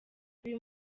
uyu